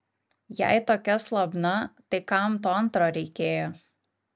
jei tokia slabna tai kam to antro reikėjo